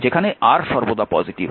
যেখানে R সর্বদা positive